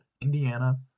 Indiana